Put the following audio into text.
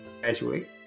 graduate